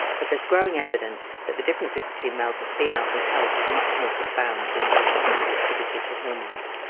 but there is growing evidence that the differences between males and females in health are much more profound than those that can be attributed to hormones.